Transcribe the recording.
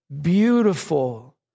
beautiful